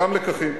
גם לקחים,